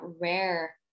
rare